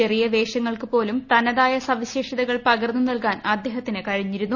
ചെറിയ വേഷങ്ങൾക്കുപോലും തനതായ സവിശേഷതകൾ പകർന്നു നൽകാൻ അദ്ദേഹത്തിന് കഴിഞ്ഞിരുന്നു